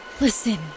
Listen